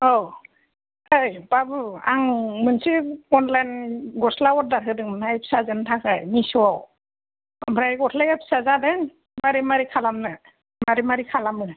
औ ऐ बाबु आं मोनसे अनलाइन गस्ला अरदार होदोंमोनहाय फिसाजोनि थाखाय मिशयाव ओमफ्राय गस्लाया फिसा जादों मारै मारै खालामनो मारै मारै खालामो